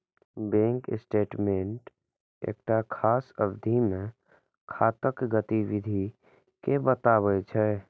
bank statement एकटा खास अवधि मे खाताक गतिविधि कें बतबै छै